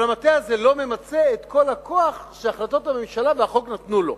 אבל המטה הזה לא ממצה את כל הכוח שהחלטות הממשלה והחוק נתנו לו.